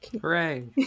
Hooray